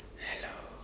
hello